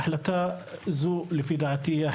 לדעתי,